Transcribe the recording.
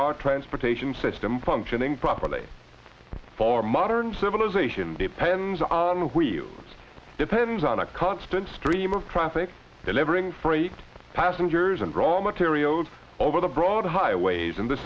our transportation system functioning properly for modern civilization depends on where you live depends on a constant stream of traffic delivering free passengers and raw materials over the broad highways in the